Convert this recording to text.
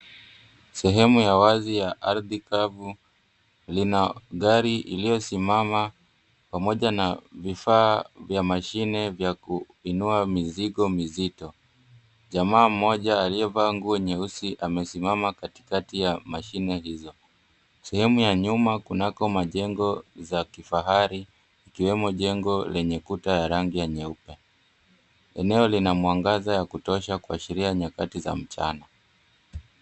Sehemu ya wazi ya ardhi kavu lina gari iliyosimama pamoja na vifaa vya mashine vya kuinua mizigo mizito. Jamaa mmoja aliyevaa nguo nyeusi amesimama katikati ya mashine hizo. Sehemu ya nyuma kunako majengo za kifahari ikiwemo jengo lenye kuta ya rangi ya nyeupe. Eneo lina mwangaza ya kutosha kuashiria nyakati za mchana.